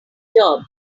job